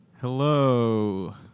Hello